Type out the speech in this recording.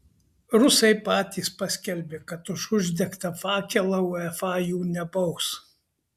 rusai patys paskelbė kad už uždegtą fakelą uefa jų nebaus